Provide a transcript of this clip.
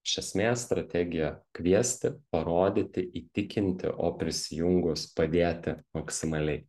iš esmės strategija kviesti parodyti įtikinti o prisijungus padėti maksimaliai